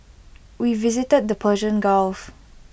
we visited the Persian gulf